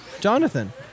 Jonathan